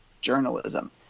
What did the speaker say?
journalism